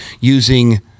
using